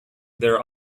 their